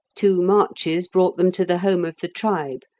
two marches brought them to the home of the tribe,